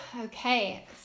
Okay